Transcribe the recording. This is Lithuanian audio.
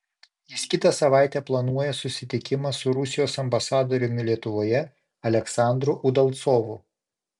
jis kitą savaitę planuoja susitikimą su rusijos ambasadoriumi lietuvoje aleksandru udalcovu